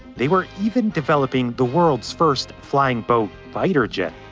they were even developing the world's first flying boat fighter jet.